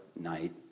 night